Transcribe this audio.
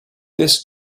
this